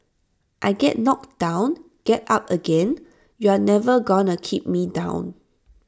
I get knocked down get up again you're never gonna keep me down